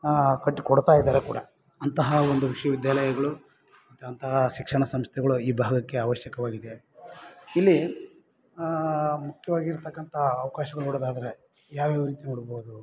ಆ ಕಟ್ಟಿಕೊಡ್ತಾಯಿದ್ದಾರೆ ಕೂಡ ಅಂತಹ ಒಂದು ವಿಶ್ವವಿದ್ಯಾಲಯಗಳು ಮತ್ತು ಅಂತಹ ಶಿಕ್ಷಣ ಸಂಸ್ಥೆಗಳು ಈ ಭಾಗಕ್ಕೆ ಅವಶ್ಯಕವಾಗಿದೆ ಇಲ್ಲಿ ಮುಖ್ಯವಾಗಿರ್ತಕ್ಕಂಥ ಅವ್ಕಾಶಗಳು ನೋಡೋದಾದರೆ ಯಾವ್ಯಾವ ರೀತಿ ನೋಡ್ಬೌದು